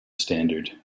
standard